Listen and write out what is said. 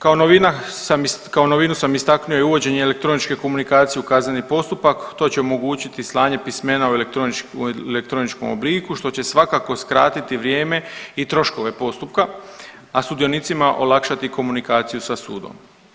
Kao novina, kao novinu sam istaknuo i uvođenje elektroničke komunikacije u kazneni postupak, to će omogućiti slanje pismena u elektroničkom obliku što će svakako skratiti vrijeme i troškove postupka, a sudionicima olakšati komunikaciju sa sudom.